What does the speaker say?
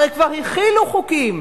הרי כבר החילו חוקים